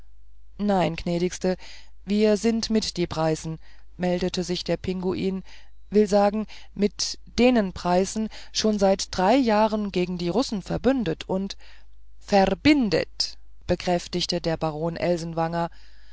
nein gnädigste wir sind mit die preißen meldete sich der pinguin will sagen mit denen preißen schon seit drei jahren gegen die russen verbündet und verbindät bekräftigte der